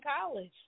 college